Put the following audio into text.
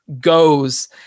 goes